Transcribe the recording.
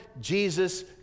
Jesus